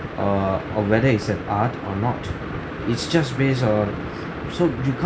uh or whether it's an art or not it's just based on so you can't